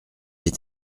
est